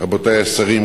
רבותי השרים,